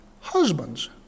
husbands